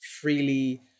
freely